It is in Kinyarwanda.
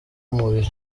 umubiri